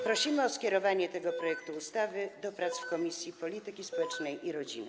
Prosimy o skierowanie tego projektu ustawy do prac w Komisji Polityki Społecznej i Rodziny.